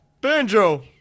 Banjo